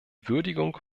würdigung